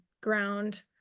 ground